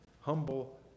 humble